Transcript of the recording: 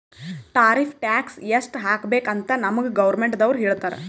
tariff tax ಎಸ್ಟ್ ಹಾಕಬೇಕ್ ಅಂತ್ ನಮ್ಗ್ ಗೌರ್ಮೆಂಟದವ್ರು ಹೇಳ್ತರ್